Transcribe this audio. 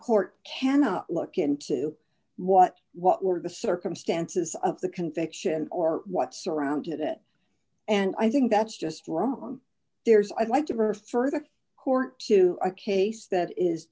court cannot look into what what were the circumstances of the conviction or what surrounded it and i think that's just wrong there's i'd like to refer the court to a case that is